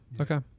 Okay